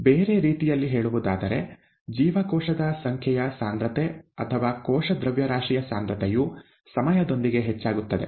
ಬೇರೆ ರೀತಿಯಲ್ಲಿ ಹೇಳುವುದಾದರೆ ಜೀವಕೋಶದ ಸಂಖ್ಯೆಯ ಸಾಂದ್ರತೆ ಅಥವಾ ಕೋಶ ದ್ರವ್ಯರಾಶಿಯ ಸಾಂದ್ರತೆಯು ಸಮಯದೊಂದಿಗೆ ಹೆಚ್ಚಾಗುತ್ತದೆ